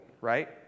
right